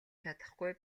чадахгүй